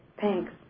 Thanks